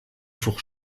four